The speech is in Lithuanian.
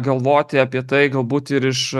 galvoti apie tai galbūt ir iš